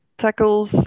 tackles